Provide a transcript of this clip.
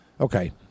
Okay